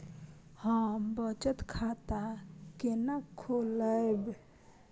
हम बचत खाता केना खोलैब?